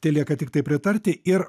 telieka tiktai pritarti ir